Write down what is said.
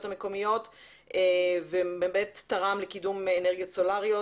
המקומיות ותרם לקידום אנרגיות סולריות.